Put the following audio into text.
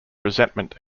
resentment